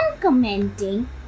commenting